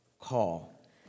call